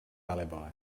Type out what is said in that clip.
alibi